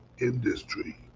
industry